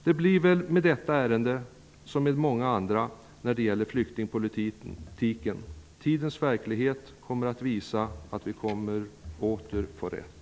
Det blir väl med detta ärende som med många andra när det gäller flyktingpolitiken -- verkligheten kommer med tiden åter att visa att vi hade rätt.